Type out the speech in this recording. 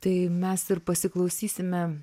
tai mes ir pasiklausysime